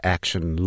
Action